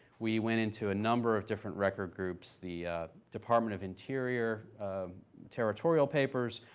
we went into a number of different record groups the department of interior territorial papers,